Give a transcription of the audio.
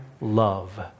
love